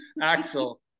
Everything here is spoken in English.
Axel